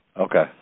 Okay